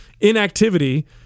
inactivity